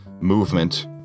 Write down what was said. movement